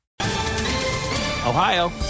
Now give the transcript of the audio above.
Ohio